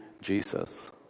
Jesus